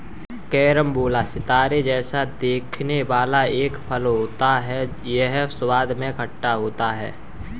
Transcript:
carambola सितारे जैसा दिखने वाला एक फल होता है यह स्वाद में खट्टा होता है